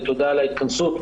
ותודה על ההתכנסות,